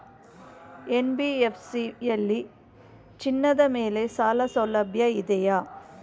NBFC ಯಲ್ಲಿ ಚಿನ್ನದ ಮೇಲೆ ಸಾಲಸೌಲಭ್ಯ ಇದೆಯಾ?